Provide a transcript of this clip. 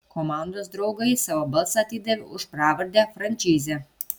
komandos draugai savo balsą atidavė už pravardę frančizė